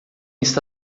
está